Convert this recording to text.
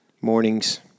mornings